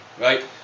right